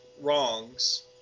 wrongs